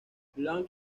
long